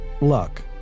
luck